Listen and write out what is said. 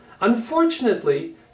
Unfortunately